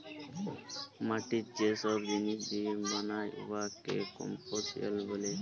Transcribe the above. মাটি যে ছব জিলিস দিঁয়ে বালাল উয়াকে কম্পসিশল ব্যলে